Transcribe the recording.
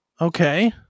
Okay